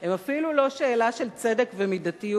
הם אפילו לא שאלה של צדק ומידתיות,